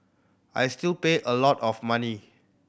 I still pay a lot of money